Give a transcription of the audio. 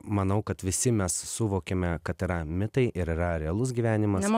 manau kad visi mes suvokiame kad yra mitai ir yra realus gyvenimas